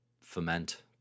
foment